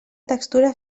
textura